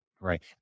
Right